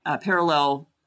parallel